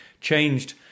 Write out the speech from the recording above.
changed